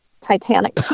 Titanic